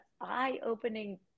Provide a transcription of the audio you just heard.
eye-opening